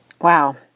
Wow